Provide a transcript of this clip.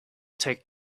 take